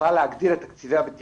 בכלל להגדיר את תקציבי הבטיחות,